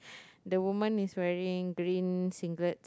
the woman is wearing green singlets